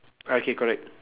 ah okay correct